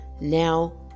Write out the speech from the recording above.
now